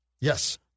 Yes